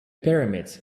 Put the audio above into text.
pyramids